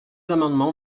amendement